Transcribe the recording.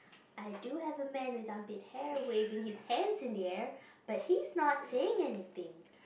I do have a man with armpit hair waving his hands in the air but he's not saying anything